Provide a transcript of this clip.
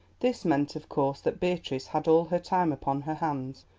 this meant, of course, that beatrice had all her time upon her hands.